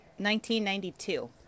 1992